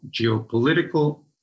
geopolitical